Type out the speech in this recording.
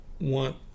want